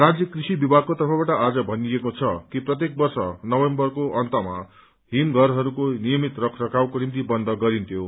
राज्य कृषि विभागको तर्फबाट आज भनिएको छ कि प्रत्येक वर्ष नवम्बरको अन्तमा हिम घरहरूको नियमित रख रखावको निम्ति बन्द गरिन्थ्यो